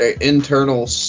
Internal